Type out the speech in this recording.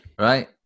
Right